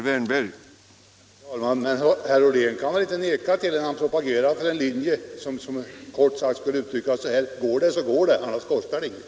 Herr talman! Herr Ollén kan väl inte neka till att han propagerar för en linje som kort sagt kunde uttryckas så här: Går det så går det, och annars kostar det inget.